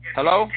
Hello